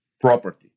Property